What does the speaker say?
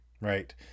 right